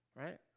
right